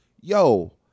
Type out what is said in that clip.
yo